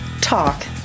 talk